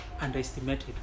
underestimated